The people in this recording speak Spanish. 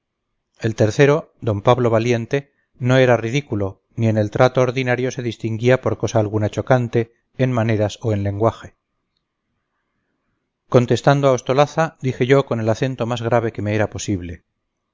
el tercero d pablo valiente no era ridículo ni en el trato ordinario se distinguía por cosa alguna chocante en maneras o en lenguaje contestando a ostolaza dije yo con el acento más grave que me era posible